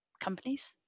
companies